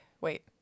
Wait